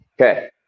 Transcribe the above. okay